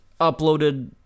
uploaded